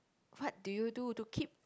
what do you do to keep